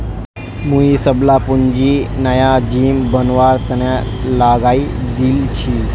मुई सबला पूंजी नया जिम बनवार तने लगइ दील छि